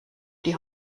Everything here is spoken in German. die